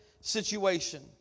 situation